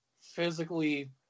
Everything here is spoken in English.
physically